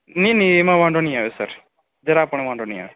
નહીં નહીં એમાં વાંધો નહીં આવે સર જરા પણ વાંધો નહીં આવે